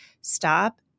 stop